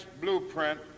blueprint